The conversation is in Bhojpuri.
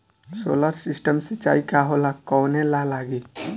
सोलर सिस्टम सिचाई का होला कवने ला लागी?